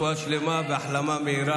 שמכאן אנחנו מאחלים לו רפואה שלמה והחלמה מהירה.